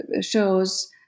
shows